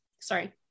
Sorry